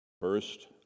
First